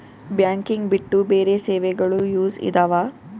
Banking ಬಿಟ್ಟು ಬೇರೆ ಸೇವೆಗಳು ಯೂಸ್ ಇದಾವ?